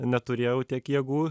neturėjau tiek jėgų